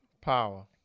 power